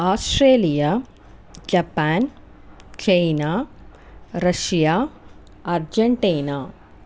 Australia Japan China Russia Argentina